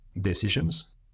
decisions